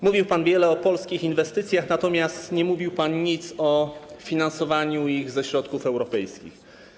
Mówił pan wiele o polskich inwestycjach, natomiast nie mówił pan nic o finansowaniu ich ze środków europejskich.